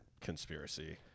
conspiracy